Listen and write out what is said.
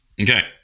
Okay